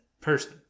person